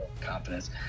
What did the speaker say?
confidence